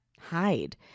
hide